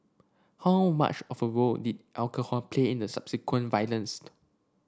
how much of a role did alcohol play in the subsequent violence